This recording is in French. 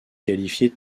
qualifié